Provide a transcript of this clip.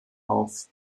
auf